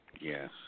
yes